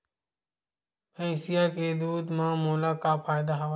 भैंसिया के दूध म मोला का फ़ायदा हवय?